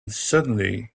suddenly